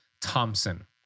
Thompson